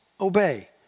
Obey